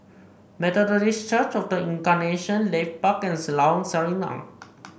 Methodist Church Of The Incarnation Leith Park and Lorong Sarina